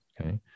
Okay